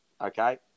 Okay